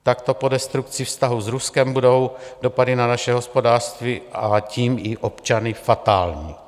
Takto po destrukci vztahu s Ruskem budou dopady na naše hospodářství, a tím i občany fatální.